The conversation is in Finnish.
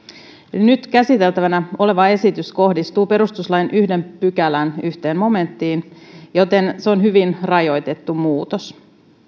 nyt käsiteltävänä oleva esitys kohdistuu perustuslain yhden pykälän yhteen momenttiin joten se on hyvin rajoitettu muutos